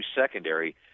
secondary